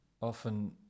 often